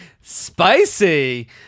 spicy